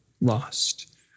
lost